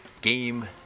Game